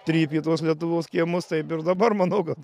trypė tuos lietuvos kiemus taip ir dabar manau kad